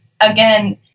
Again